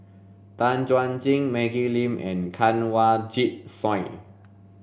Tan Chuan Jin Maggie Lim and Kanwaljit Soin